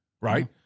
Right